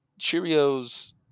Cheerios